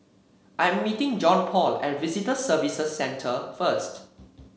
I am meeting Johnpaul at Visitor Services Centre first